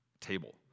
table